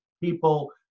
people